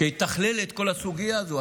שיתכלל את כל הסוגיה הזאת.